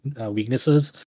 weaknesses